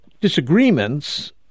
disagreements